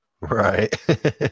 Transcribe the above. right